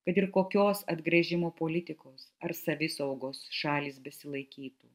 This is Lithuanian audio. kad ir kokios atgręžimo politikos ar savisaugos šalys besilaikytų